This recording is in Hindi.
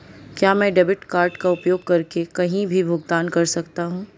क्या मैं डेबिट कार्ड का उपयोग करके कहीं भी भुगतान कर सकता हूं?